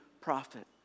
prophet